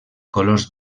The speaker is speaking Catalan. colors